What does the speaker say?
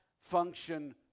function